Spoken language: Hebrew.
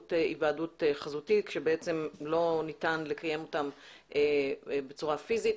באמצעות היוועדות חזותית כאשר בעצם לא ניתן לקיים אותם בצורה פיזית.